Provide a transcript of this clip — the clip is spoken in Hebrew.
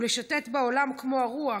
ולשוטט בעולם כמו הרוח,